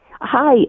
Hi